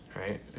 right